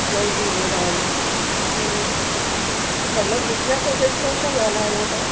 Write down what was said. जय Jhulelal hello Krishna traders थो था ॻाल्हायो तव्हां